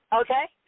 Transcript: okay